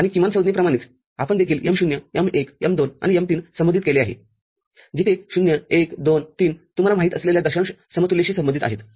आणि किमान संज्ञेप्रमाणेच आपण देखील M० M१ M२ आणि M३ संबोधित केले आहेजिथे ०१२३ तुम्हाला माहीत असलेल्या दशांश समतुल्यशी संबंधित आहेत